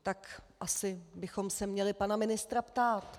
Tak asi bychom se měli pana ministra ptát.